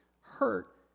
hurt